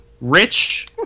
Rich